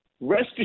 rest